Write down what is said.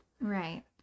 Right